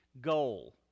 goal